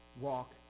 walk